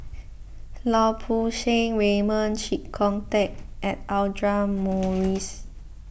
Lau Poo Seng Raymond Chee Kong Tet and Audra Morrice